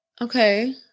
Okay